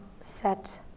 set